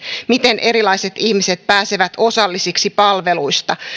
miten erilaiset ihmiset pääsevät osallisiksi palveluista